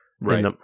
Right